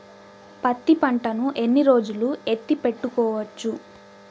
పత్తి పంటను ఎన్ని రోజులు ఎత్తి పెట్టుకోవచ్చు?